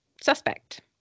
suspect